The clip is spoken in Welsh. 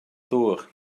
ddŵr